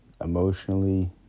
emotionally